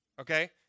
Okay